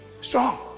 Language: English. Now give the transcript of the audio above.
strong